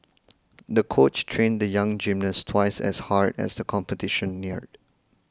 the coach trained the young gymnast twice as hard as the competition neared